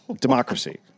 Democracy